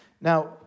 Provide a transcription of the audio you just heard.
Now